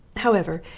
however,